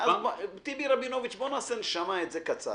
טיבי רבינוביץ, בואו נעשה את זה קצר.